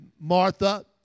Martha